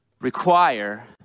require